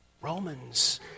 Romans